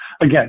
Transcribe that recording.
again